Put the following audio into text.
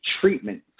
treatment